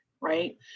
right